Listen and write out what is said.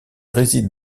réside